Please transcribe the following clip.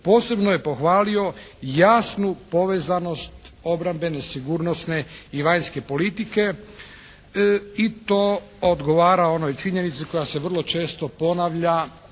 Posebno je pohvalio jasnu povezanost obrambene, sigurnosne i vanjske politike i to odgovara onoj činjenici koja se vrlo često ponavlja